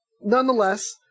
nonetheless